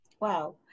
Wow